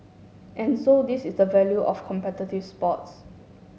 and so this is the value of competitive sports